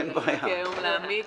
באתי היום להעמיק,